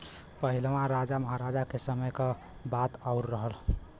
पहिलवा राजा महराजा के समय क बात आउर रहल